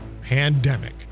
pandemic